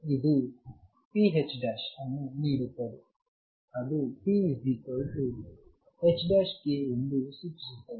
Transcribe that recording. ಇದು p ಅನ್ನು ನೀಡುತ್ತದೆ ಅದು pℏk ಎಂದು ಸೂಚಿಸುತ್ತದೆ